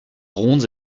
rondes